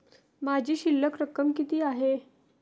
माझी शिल्लक रक्कम किती आहे?